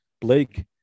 Blake